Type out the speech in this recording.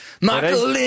Michael